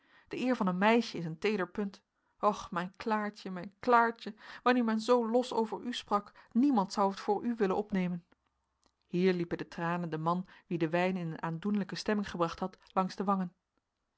de eer van een meisje is een teeder punt och mijn klaartje mijn klaartje wanneer men zoo los over u sprak niemand zou het voor u willen opnemen hier liepen de tranen den man wien de wijn in een aandoenlijke stemming gebracht had langs de wangen